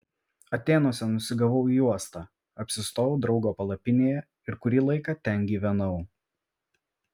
atėnuose nusigavau į uostą apsistojau draugo palapinėje ir kurį laiką ten gyvenau